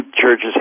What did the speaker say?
churches